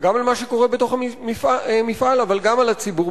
גם על מה שקורה בתוך המפעל אבל גם על הציבור.